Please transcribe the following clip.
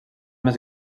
més